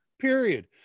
period